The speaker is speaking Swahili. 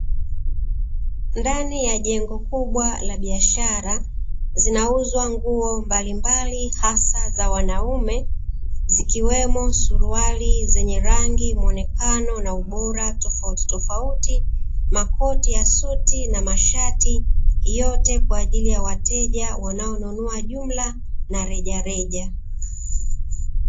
Ndani ya jengo kubwa la biashara zinauzwa nguo mbalimbali hasa za wanaume zikiwemo suruali zenye rangi, mwonekano na ubora tofautitofauti, makoti ya suti na mashati yote kwa ajili ya wateja wanaonunua jumla na rejareja.